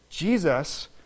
Jesus